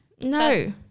No